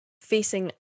facing